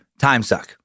timesuck